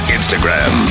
Instagram